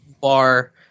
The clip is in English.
bar